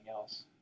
else